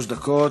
שלוש דקות.